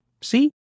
See